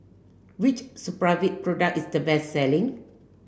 which Supravit product is the best selling